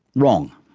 wrong.